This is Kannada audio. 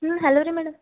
ಹ್ಞೂ ಹಲೋ ರೀ ಮೇಡಮ್